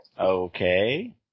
Okay